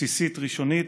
בסיסית, ראשונית,